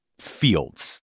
fields